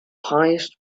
highest